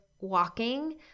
walking